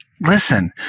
Listen